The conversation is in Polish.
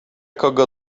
kogo